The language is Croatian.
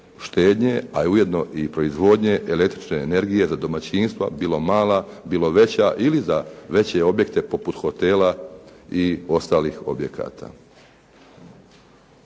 štednje, a ujedno i proizvodnje električne energije za domaćinstva, bilo mala bilo veća ili za veće objekte poput hotela i ostalih objekata.